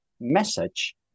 message